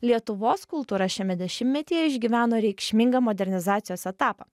lietuvos kultūra šiame dešimtmetyje išgyveno reikšmingą modernizacijos etapą